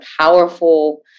powerful